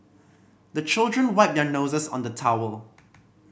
the children wipe their noses on the towel